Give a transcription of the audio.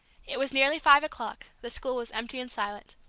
it was nearly five o'clock, the school was empty and silent.